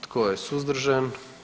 Tko je suzdržan?